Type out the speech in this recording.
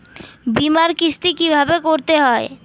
বিমার কিস্তি কিভাবে করতে হয়?